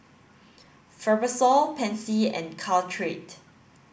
Fibrosol Pansy and Caltrate